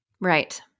Right